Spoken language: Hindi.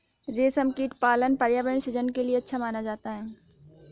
रेशमकीट पालन पर्यावरण सृजन के लिए अच्छा माना जाता है